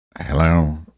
Hello